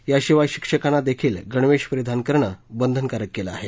याशिवाय शिक्षकांना देखील गणवेश परिधान करणं बंधनकारक केलं आहे